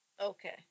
okay